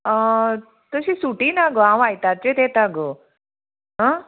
तशी सुटी ना गो हांव वायटाचेर येता गो आ